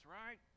right